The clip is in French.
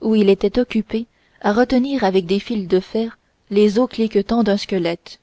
où il était occupé à retenir avec des fils de fer les os cliquetants d'un squelette